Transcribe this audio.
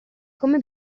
come